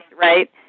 right